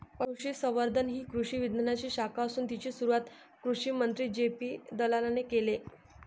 पशुसंवर्धन ही कृषी विज्ञानाची शाखा असून तिची सुरुवात कृषिमंत्री जे.पी दलालाने केले